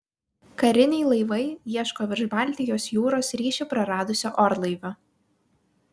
kariniai laivai ieško virš baltijos jūros ryšį praradusio orlaivio